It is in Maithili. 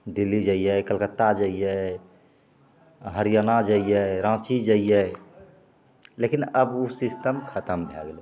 दिल्ली जइए कलकत्ता जइए हरियाणा जइए राँची जइए लेकिन आब ओ सिस्टम खतम भै गेलै